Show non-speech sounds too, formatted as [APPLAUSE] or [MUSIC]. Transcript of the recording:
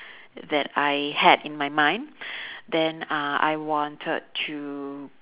that I had in my mind [BREATH] then uh I wanted to